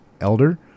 elder